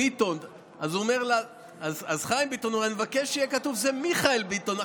"ביטון" אז חיים ביטון אומר: אני מבקש שיהיה כתוב שזה מיכאל ביטון,